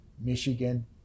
Michigan